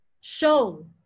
show